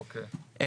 אוקיי.